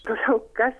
prašau kas